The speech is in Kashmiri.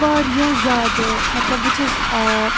واریاہ زیادٕ مطلب بہٕ چھَس